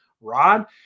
rod